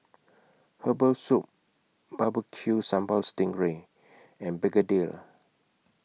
Herbal Soup Bbq Sambal Sting Ray and Begedil